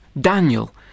Daniel